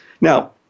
Now